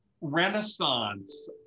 renaissance